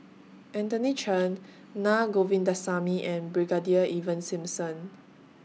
Anthony Chen Naa Govindasamy and Brigadier Ivan Simson